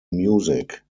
music